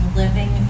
living